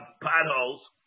potholes